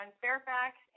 Fairfax